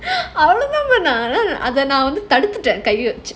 அவ்ளோதான் நானு அத தடுத்துட்டேன் கைய்ய வச்சி:avlodhaan naanu adha thaduthutaen kaiya vachi